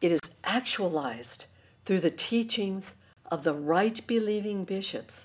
it is actualized through the teachings of the right believing bishops